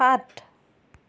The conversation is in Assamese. সাত